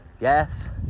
Yes